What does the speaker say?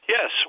Yes